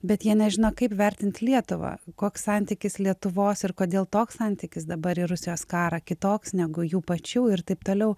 bet jie nežino kaip vertint lietuvą koks santykis lietuvos ir kodėl toks santykis dabar į rusijos karą kitoks negu jų pačių ir taip toliau